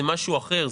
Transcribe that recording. זה משהו אחר.